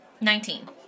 Nineteen